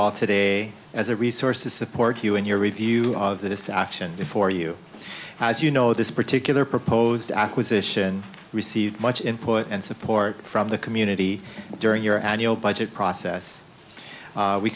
all today as a resource to support you in your review of this action for you as you know this particular proposed acquisition received much input and support from the community during your annual budget process